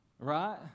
Right